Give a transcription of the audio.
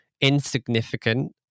insignificant